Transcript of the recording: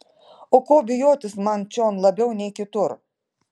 o ko bijotis man čion labiau nei kitur